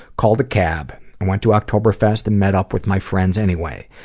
called a cab, and went to oktoberfest and met up with my friends anyway.